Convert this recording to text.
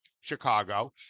Chicago